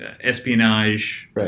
espionage